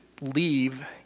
leave